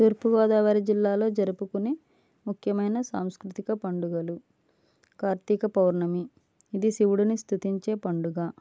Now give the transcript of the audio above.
తూర్పుగోదావరి జిల్లాలో జరుపుకునే ముఖ్యమైన సాంస్కృతిక పండుగలు కార్తీక పౌర్ణమి ఇది శివుడిని స్తుతించే పండుగ